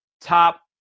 top